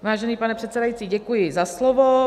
Vážený pane předsedající, děkuji za slovo.